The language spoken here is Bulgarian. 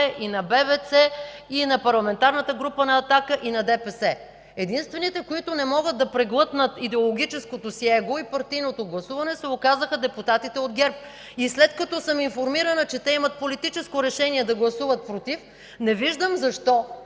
и БДЦ, и на Парламентарната група на „Атака”, и на ДПС. Единствените, които не могат да преглътнат идеологическото си его и партийното гласуване, се оказаха депутатите от ГЕРБ. След като съм информирана, че те имат политическо решение да гласуват „против”, не виждам защо